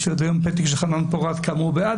עד היום יש לי פתק של חנן פורת כמה הוא בעד,